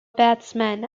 batsman